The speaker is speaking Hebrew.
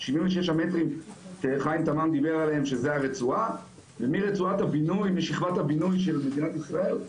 חשוב לנו שבמסגרת הסכם ההתקשרות בינינו לבין המדינה,